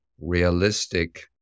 realistic